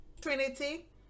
trinity